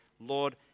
Lord